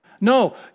No